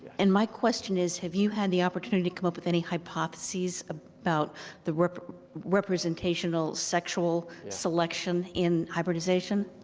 and my question is have you had the opportunity to come up with any hypotheses ah about the representational sexual selection in hybridization?